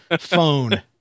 phone